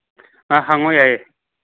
ꯑ ꯍꯪꯉꯨ ꯌꯥꯏꯌꯦ